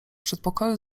przedpokoju